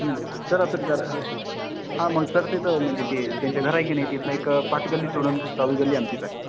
sir आता घर हां मग सर ते तर म्हणजे ते त्यांचं घर हाय की नाही तिथनं एक पाच गल्ली सोडून सहावी गल्ली आमचीच आहे